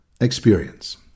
experience